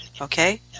okay